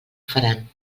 faran